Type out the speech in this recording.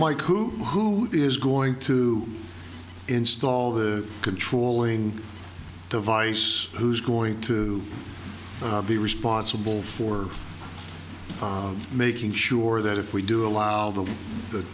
mike who is going to install the controlling device who's going to be responsible for making sure that if we do allow them t